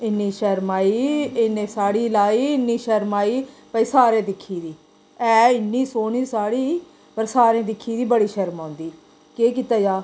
इन्नी शर्म आई इन्नी साड़ी लाई इन्नी शर्म आई भाई सारें दिक्खी दी ऐ इन्नी सोह्नी साड़ी पर सारें दिक्खी दी बड़ी शर्म औंदी केह् कीता जा